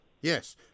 Yes